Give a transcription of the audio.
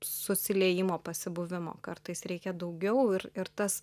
susiliejimo pasibuvimo kartais reikia daugiau ir ir tas